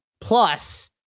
plus